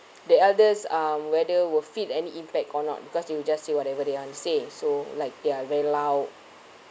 the elders um whether will feel any impact or not because they will just say whatever they want to say so like they are very loud